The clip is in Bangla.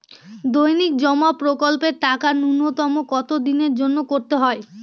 দৈনিক জমা প্রকল্পের টাকা নূন্যতম কত দিনের জন্য করতে হয়?